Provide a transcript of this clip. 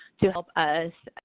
to help us,